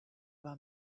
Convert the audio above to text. war